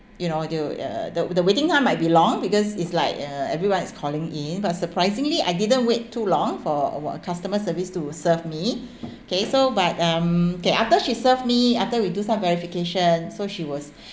you know they will uh the the waiting time might be long because it's like uh everyone is calling in but surprisingly I didn't wait too long for a customer service to serve me okay so but um okay after she served me after we do some verification so she was